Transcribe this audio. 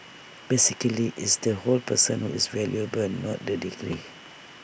basically it's the whole person who is valuable not the degree